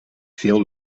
veel